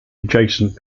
adjacent